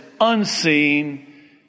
unseen